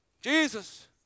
Jesus